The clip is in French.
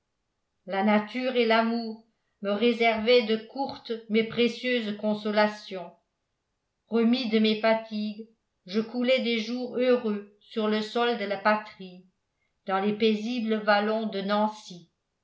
la nature et l'amour me réservaient de courtes mais précieuses consolations remis de mes fatigues je coulai des jours heureux sur le sol de la patrie dans les paisibles vallons de nancy